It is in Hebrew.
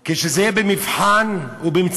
בו כשהוא יעמוד למבחן ובמציאות,